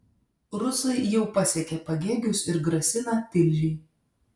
rusai jau pasiekė pagėgius ir grasina tilžei